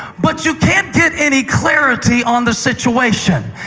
but you can't get any clarity on the situation?